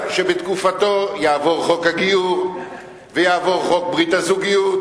בתקופתו יעבור חוק הגיור ויעבור חוק ברית הזוגיות,